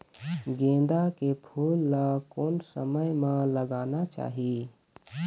गेंदा के फूल ला कोन समय मा लगाना चाही?